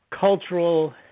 cultural